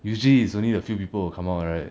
usually is only a few people will come out right